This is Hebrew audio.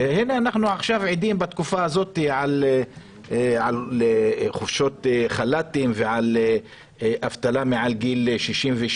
והנה אנחנו עכשיו עדים בתקופה הזאת לחופשות חל"ת ולאבטלה מעל גיל 67